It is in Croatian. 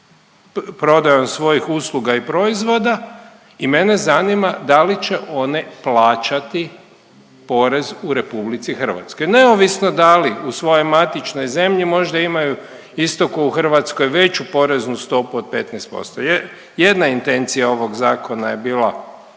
prodajom svojih usluga i proizvoda i mene zanima da li će one plaćati porez u RH. Neovisno da li u svojoj matičnoj zemlji možda imaju isto kao u Hrvatskoj veću poreznu stopu od 15%. Jedna intencija ovog zakona je bila